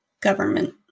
government